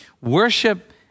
worship